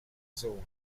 zone